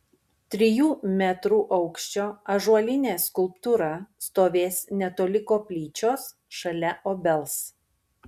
trijų metrų aukščio ąžuolinė skulptūra stovės netoli koplyčios šalia obels